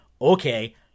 okay